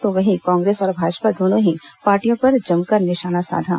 तो वहीं कांग्रेस और भाजपा दोनों ही पार्टियों पर जमकर निशाना साधा